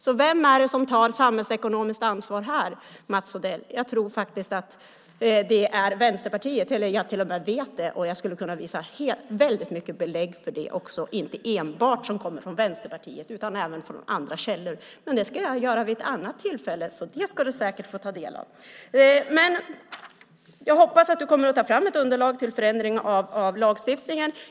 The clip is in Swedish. Så vem är det som tar samhällsekonomiskt ansvar här, Mats Odell? Jag tror faktiskt att det är Vänsterpartiet, eller jag till och med vet det. Jag skulle kunna visa belägg för det också, inte enbart från Vänsterpartiet utan även från andra källor. Men det ska jag göra vid ett annat tillfälle, så det ska du säkert få ta del av! Jag hoppas att du kommer att ta fram ett underlag till förändring av lagstiftningen.